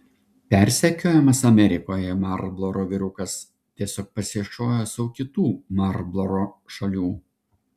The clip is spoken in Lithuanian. persekiojamas amerikoje marlboro vyrukas tiesiog pasiieškojo sau kitų marlboro šalių